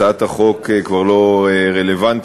הצעת החוק כבר לא רלוונטית,